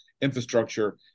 infrastructure